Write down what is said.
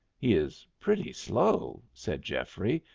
he is pretty slow, said geoffrey,